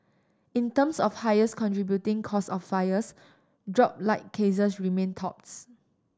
in terms of highest contributing cause of fires dropped light cases remained tops